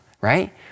right